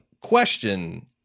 Question